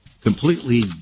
completely